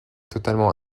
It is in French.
totalement